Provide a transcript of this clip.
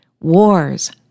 Wars